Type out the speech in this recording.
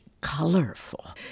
colorful